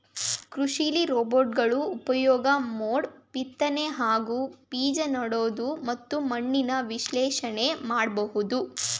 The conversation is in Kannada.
ಕೃಷಿಲಿ ರೋಬೋಟ್ಗಳ ಉಪ್ಯೋಗ ಮೋಡ ಬಿತ್ನೆ ಹಾಗೂ ಬೀಜನೆಡೋದು ಮತ್ತು ಮಣ್ಣಿನ ವಿಶ್ಲೇಷಣೆನ ಮಾಡ್ಬೋದು